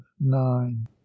nine